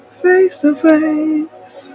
face-to-face